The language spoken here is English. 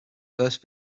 first